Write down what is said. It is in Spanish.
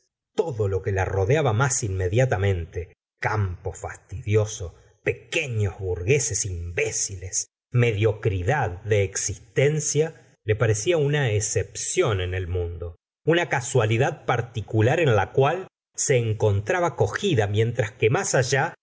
todo lo que la rodeaba más inmediatamente campo fastidioso pequelles burgueses imbéciles mediocridad de existencia le parecía una escepción en el mundo una casualidad particular en la cual se encontraba cogida mientras que más allá